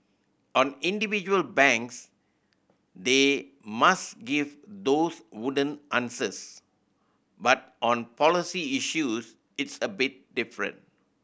on individual banks they must give those wooden answers but on policy issues it's a bit different